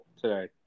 today